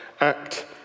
ACT